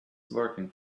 working